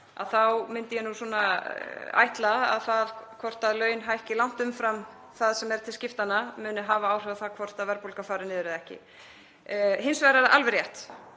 þá myndi ég ætla að það hvort laun hækki langt umfram það sem er til skiptanna muni hafa áhrif á það hvort verðbólga fari niður eða ekki. Hins vegar er það alveg rétt